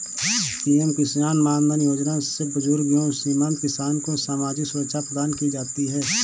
PM Kisan Maandhan योजना से बुजुर्ग एवं सीमांत किसान को सामाजिक सुरक्षा प्रदान की जाती है